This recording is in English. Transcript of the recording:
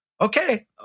okay